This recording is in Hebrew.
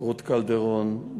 רות קלדרון,